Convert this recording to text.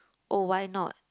oh why not